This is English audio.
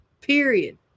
period